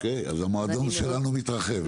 אוקי, אז המועדון שלנו מתרחב.